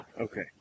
okay